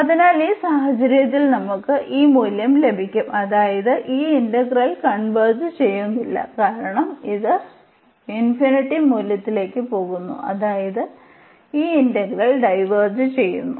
അതിനാൽ ഈ സാഹചര്യത്തിൽ നമുക്ക് ഈ മൂല്യം ലഭിക്കും അതായത് ഈ ഇന്റഗ്രൽ കൺവേർജ് ചെയ്യുന്നില്ല കാരണം ഇത് ∞ മൂല്യത്തിലേക്ക് പോകുന്നു അതായത് ഈ ഇന്റഗ്രൽ ഡൈവേർജ് ചെയ്യുന്നു